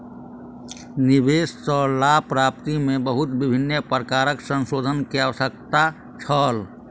निवेश सॅ लाभ प्राप्ति में बहुत विभिन्न प्रकारक संशोधन के आवश्यकता छल